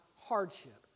hardship